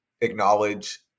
acknowledge